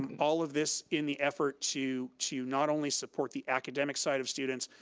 all of this in the efforts to to not only support the academic side of students,